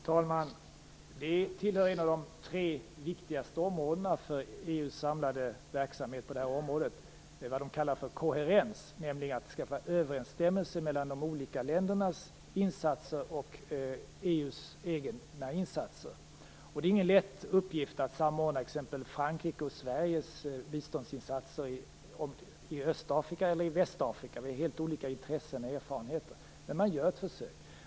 Fru talman! Det är ett av de tre viktigaste områdena för EU:s samlade verksamhet på det här området. Det är vad man kallar för koherens; det skall vara en överensstämmelse mellan de olika ländernas insatser och EU:s egna insatser. Det är ingen lätt uppgift att samordna exempelvis Frankrikes och Sveriges biståndsinsatser i Öst eller Västafrika. Vi har helt olika intressen och erfarenheter, men man gör ett försök.